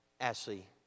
Ashley